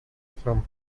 from